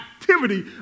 activity